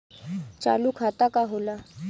चालू खाता का होला?